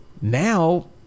now